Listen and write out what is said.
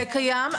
זה קיים,